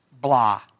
blah